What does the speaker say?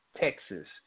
Texas